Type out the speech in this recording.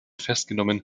festgenommen